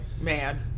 Man